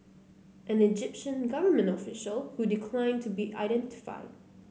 an Egyptian government official who declined to be identified